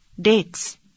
dates